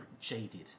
jaded